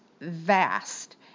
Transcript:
vast